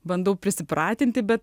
bandau prisipratinti bet